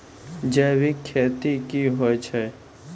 जैविक खेती की होय छै?